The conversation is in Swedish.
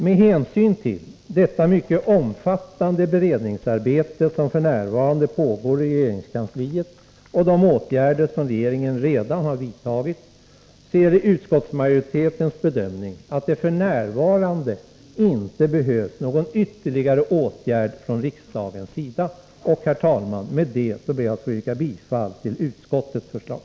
Med hänsyn till detta mycket omfattande beredningsarbete som f. n. pågår i regeringskansliet och de åtgärder som regeringen redan vidtagit är utskottsmajoritetens bedömning den att det f. n. inte behövs några ytterligare åtgärder från riksdagens sida. Herr talman! Med detta ber jag att få yrka bifall till utskottets förslag.